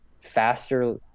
faster